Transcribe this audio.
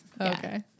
Okay